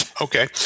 Okay